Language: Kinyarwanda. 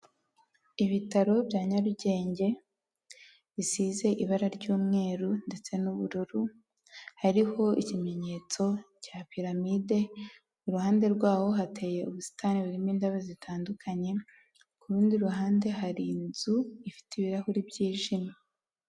Ibitaro bya Nyarugenge bisize ibara ry'umweru, ndetse n'ubururu hariho ikimenyetso cya piramide, iruhande rwaho hateye ubusitani burimo indabo zitandukanye, ku rundi ruhande hari inzu ifite ibirahuri byijimye.